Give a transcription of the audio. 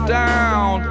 down